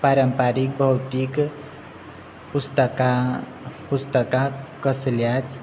पारंपारीक भौतीक पुस्तकां पुस्तकां कसल्याच